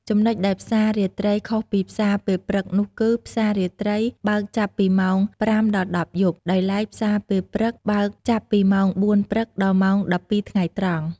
ចំណុចដែលផ្សារាត្រីខុសពីផ្សារពេលព្រឹកនោះគឺ ផ្សារាត្រីបើកចាប់ពីម៉ោង ៥ដល់១០យប់ ដោយឡែកផ្សារពេលព្រឹកបើកចាប់ពីម៉ោង ៥ព្រឹកដល់ម៉ោង១២ថ្ងៃត្រង់។